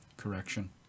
correction